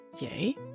Yay